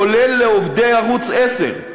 כולל לעובדי ערוץ 10,